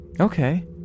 Okay